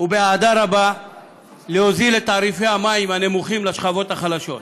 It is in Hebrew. ובאהדה רבה החלטה להוזיל את תעריפי המים הנמוכים לשכבות החלשות.